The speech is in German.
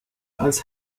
als